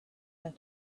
have